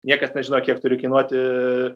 niekas nežino kiek turi kainuoti